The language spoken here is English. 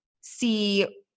see